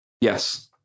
Yes